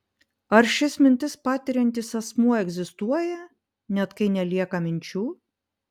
ar šis mintis patiriantis asmuo egzistuoja net kai nelieka minčių